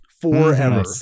forever